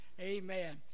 Amen